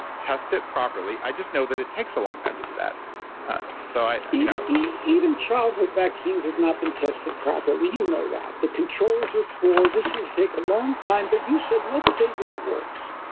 and test it properly. i just know that it takes a long time to do that so you know even childhood vaccines have not been tested properly, you know that. the controls are poor, this will take a long time. but you said, let's say that it works,